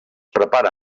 prepara